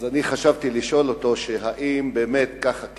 אז אני חשבתי לשאול אותו אם באמת ככה,